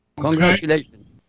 congratulations